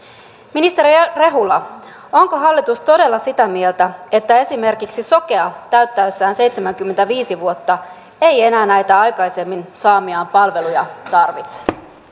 ministeri rehula onko hallitus todella sitä mieltä että esimerkiksi sokea täyttäessään seitsemänkymmentäviisi vuotta ei enää näitä aikaisemmin saamiaan palveluja tarvitse